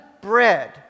bread